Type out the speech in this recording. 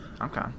Okay